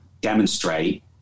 demonstrate